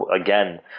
again